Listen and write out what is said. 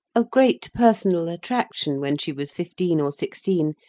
of great personal attraction when she was fifteen or sixteen,